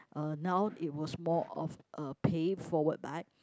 uh now it was more of a pay forward but